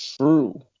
True